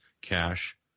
cash